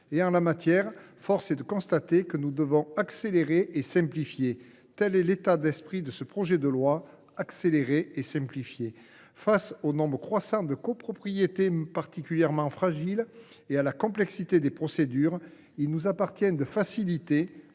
En la matière, force est de constater que nous devons accélérer et simplifier. Tel est bien l’esprit de ce projet de loi. Face au nombre croissant de copropriétés particulièrement fragiles et à la complexité des procédures, il nous appartient de faciliter